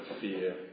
fear